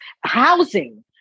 housing